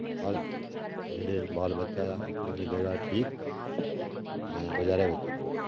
अस जेह्ड़े बाल बच्चा ऐ अपनी अपनी जगह् ठीक गुजारे बिच न